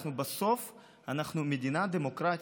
בסוף אנחנו מדינה דמוקרטית,